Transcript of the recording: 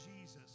Jesus